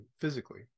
physically